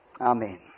Amen